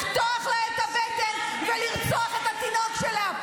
לפתוח לה את הבטן ולרצוח את התינוק שלה?